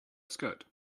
skirt